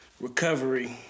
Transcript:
Recovery